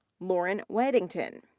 lauren waddington.